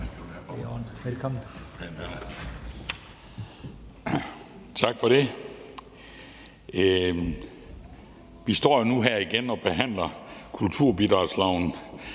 Tak for det. Vi står jo nu igen her og behandler kulturbidragsloven.